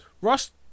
ross